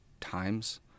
times